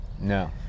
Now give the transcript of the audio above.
No